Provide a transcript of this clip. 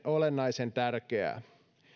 olennaisen tärkeää